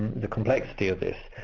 the complexity of this.